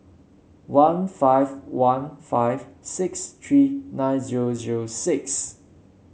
one five one five six three nine zero zero six